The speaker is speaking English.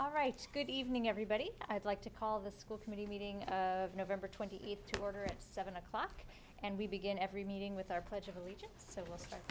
all right good evening everybody i'd like to call the school committee meeting of november twenty eighth to order at seven o'clock and we begin every meeting with our pledge of allegiance so